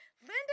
Linda